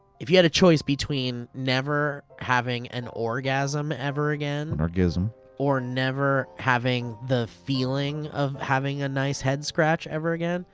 if you had a choice between never having an orgasm ever again or never having the feeling of having a nice head scratch ever again,